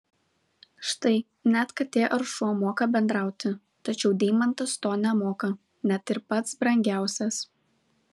štai net katė ar šuo moka bendrauti tačiau deimantas to nemoka net ir pats brangiausias